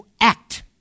act